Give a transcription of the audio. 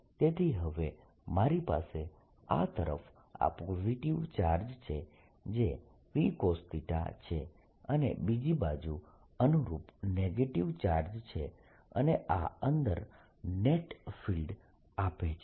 તેથી હવે મારી પાસે આ તરફ આ પોઝિટીવ ચાર્જ છે જે Pcos છે અને બીજી બાજુ અનુરૂપ નેગેટીવ ચાર્જ છે અને આ અંદર નેટ ફિલ્ડ આપે છે